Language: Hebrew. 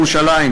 בתל-אביב,